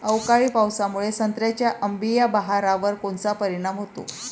अवकाळी पावसामुळे संत्र्याच्या अंबीया बहारावर कोनचा परिणाम होतो?